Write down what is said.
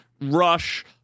Rush